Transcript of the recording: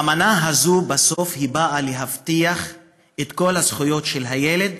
בסוף היא באה להבטיח את כל הזכויות של הילד,